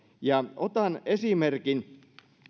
otan esimerkin